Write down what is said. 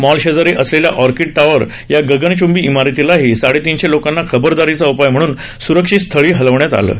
mall शेजारी असलेल्या Orchid Tower या गगनचंबी इमारतीतल्या साडेतीनशे लोकांना खबरदारीचा उपाय म्हणून सुरक्षित स्थळी हलवण्यात आलं आहे